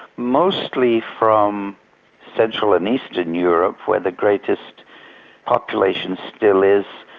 mostly from central and eastern europe where the greatest population still is,